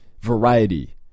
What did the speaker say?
variety